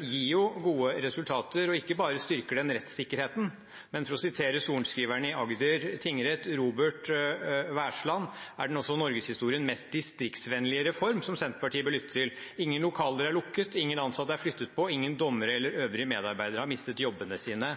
gir jo gode resultater. Ikke bare styrker den rettssikkerheten, men for å sitere sorenskriveren i Agder tingrett, Robert Versland, er den også norgeshistoriens mest distriktsvennlige reform. Det er noe som Senterpartiet bør lytte til. Ingen lokaler er lukket, ingen ansatte er flyttet på, og ingen dommere eller øvrige medarbeidere har mistet jobbene sine.